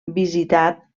visitat